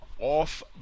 off